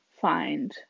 find